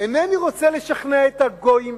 אינני רוצה לשכנע את הגויים.